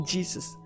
Jesus